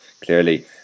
clearly